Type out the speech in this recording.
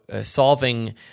solving